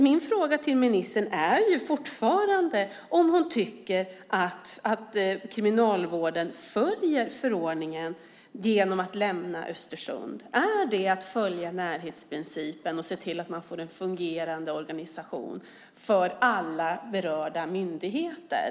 Min fråga till ministern är fortfarande om hon tycker att Kriminalvården följer förordningen genom att lämna Östersund. Är det att följa närhetsprincipen och att se till att man får en fungerande organisation för alla berörda myndigheter?